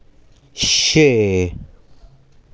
छे